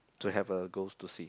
to have a goes to see